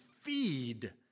feed